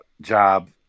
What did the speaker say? job